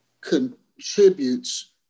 contributes